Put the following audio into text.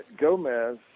Gomez